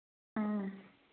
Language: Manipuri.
ꯎꯝ